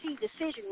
decision